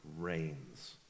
reigns